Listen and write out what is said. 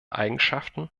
eigenschaften